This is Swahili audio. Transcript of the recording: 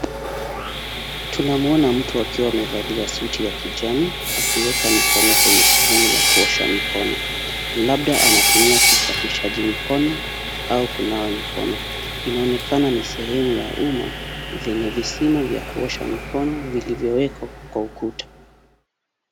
Tunamuona mtu akiwa amevalia suti ya kijani akiweka mikono kwenye sehemu ya kuosha mikono labda anatumia kisafishaji mikono au kunawa mikono inaonekana ni sehemu ya umma vyenye visima vya kuosha mikono iliyowekwa kwa ukuta.